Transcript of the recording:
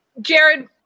Jared